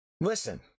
Listen